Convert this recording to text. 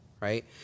right